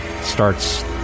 starts